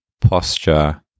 posture